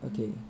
okay